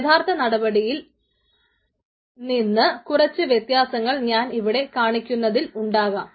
യഥാർത്ഥ നടപടികളിൽ നിന്ന് കുറച്ചു വ്യത്യാസങ്ങൾ ഞാൻ ഇവിടെ കാണിക്കുന്നതിൽ ഉണ്ടാകാം